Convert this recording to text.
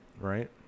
Right